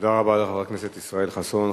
תודה רבה לחבר הכנסת ישראל חסון.